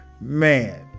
man